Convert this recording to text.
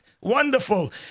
wonderful